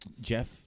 Jeff